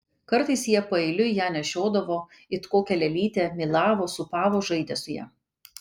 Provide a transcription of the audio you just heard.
kartais jie paeiliui ją nešiodavo it kokią lėlytę mylavo sūpavo žaidė su ja